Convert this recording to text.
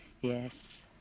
Yes